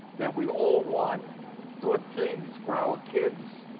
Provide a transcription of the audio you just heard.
that we all want good things for our kids,